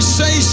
say